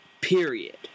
period